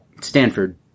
Stanford